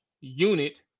unit